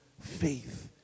Faith